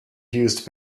used